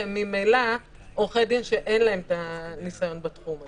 הם ממילא עורכי דין שאין להם ניסיון בתחום הזה.